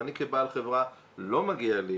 אני כבעל חברה, לא מגיע לי